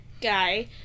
guy